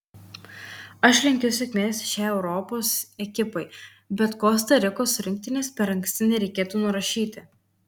aš linkiu sėkmės šiai europos ekipai bet kosta rikos rinktinės per anksti nereikėtų nurašyti